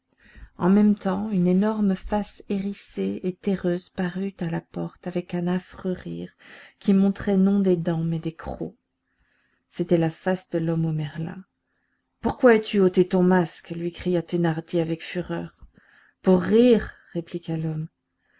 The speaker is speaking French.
en même temps une énorme face hérissée et terreuse parut à la porte avec un affreux rire qui montrait non des dents mais des crocs c'était la face de l'homme au merlin pourquoi as-tu ôté ton masque lui cria thénardier avec fureur pour rire répliqua l'homme